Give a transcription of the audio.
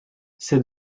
c’est